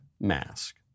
mask